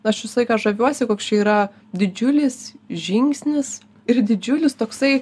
aš visą laiką žaviuosi koks čia yra didžiulis žingsnis ir didžiulis toksai